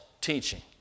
teaching